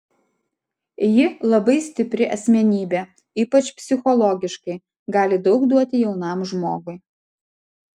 ji labai stipri asmenybė ypač psichologiškai gali daug duoti jaunam žmogui